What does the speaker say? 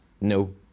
no